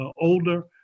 older